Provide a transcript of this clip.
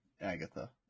Agatha